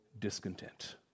discontent